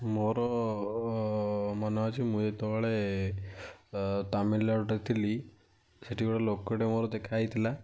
ମୋର ମନେ ଅଛି ମୁଁ ଯେତବେଳେ ତାମିଲନାଡ଼ୁରେ ଥିଲି ସେଠି ଗୋଟେ ଲୋକଟେ ମୋର ଦେଖାହେଇଥିଲା